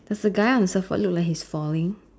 does the guy on the surfboard look like he's falling